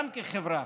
גם כחברה.